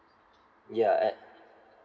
ya at